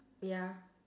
ya